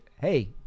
hey